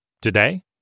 Today